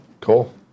Cool